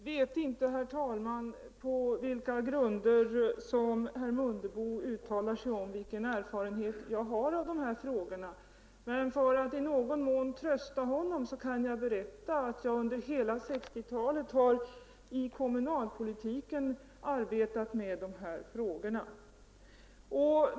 Herr talman! Jag vet inte på vilka grunder som herr Mundebo uttalar sig om vilken erfarenhet jag har av dessa frågor. Men för att i någon mån trösta honom kan jag berätta att jag under hela 1960-talet har arbetat med dessa frågor i kommunalpolitiken.